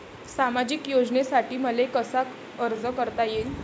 सामाजिक योजनेसाठी मले कसा अर्ज करता येईन?